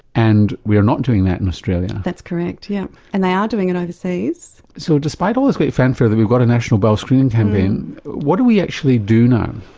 and we're not doing that in australia. that's correct, yes. yeah and they are doing it overseas. so despite all this great fanfare that we've got a national bowel screening campaign, what do we actually do now?